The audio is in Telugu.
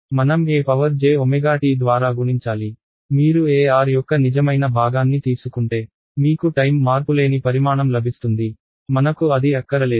మనం e jt ద్వారా గుణించాలి మీరు Er యొక్క నిజమైన భాగాన్ని తీసుకుంటే మీకు టైమ్ మార్పులేని పరిమాణం లభిస్తుంది మనకు అది అక్కరలేదు